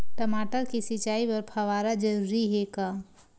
टमाटर के सिंचाई बर फव्वारा जरूरी हे का?